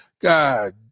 God